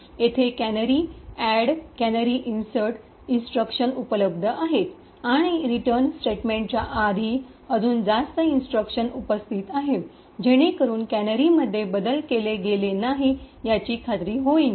इथे canary add canary insert instruction उपलब्ध आहेत आणि रिटर्न स्टेटमेंटच्या आधी अजून जास्त इन्स्ट्रक्शन उपस्थित आहेत जेणेकरुन कॅनरीमध्ये बदल केले गेले नाहीत याची खात्री होईन